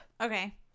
Okay